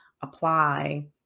apply